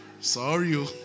Sorry